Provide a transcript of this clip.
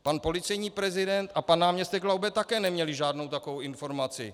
Pan policejní prezident a pan náměstek Laube také neměli žádnou takovou informaci.